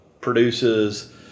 produces